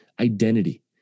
identity